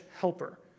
Helper